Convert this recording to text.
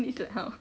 is it like !huh!